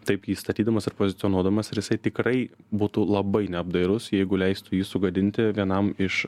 taip jį statydamas ir pozicionuodamas ir jisai tikrai būtų labai neapdairus jeigu leistų jį sugadinti vienam iš